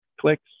clicks